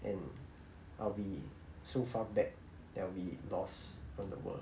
and I'll be so far back that I'll be lost from the world